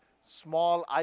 small